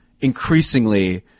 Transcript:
increasingly